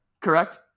Correct